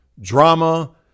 drama